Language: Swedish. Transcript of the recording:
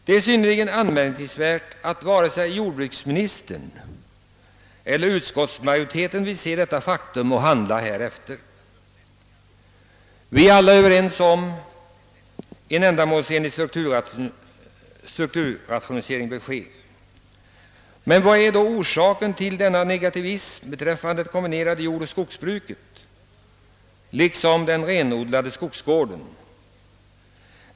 Det är synnerligen anmärkningsvärt att varken jordbruksministern eller utskottsmajoriteten vill se detta faktum och handla härefter. Vi är alla överens om att en ändamålsenlig strukturrationalisering bör genomföras. Men vilken är då orsaken till denna negativism beträffande det kombinerade jordoch skogsbruket liksom beträffande den renodlade skogsgården?